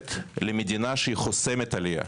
הופכת למדינה שחוסמת עלייה.